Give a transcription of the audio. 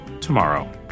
tomorrow